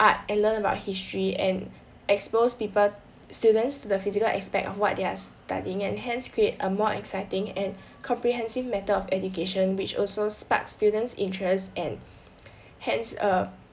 art and learn about history and expose people students to the physical aspect of what they're studying and hence create a more exciting and comprehensive matter of education which also sparked students' interests and hence err